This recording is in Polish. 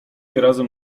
razem